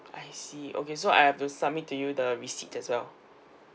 I see okay so I have to submit to you the receipt as well